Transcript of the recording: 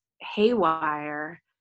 haywire